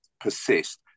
persist